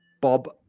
Bob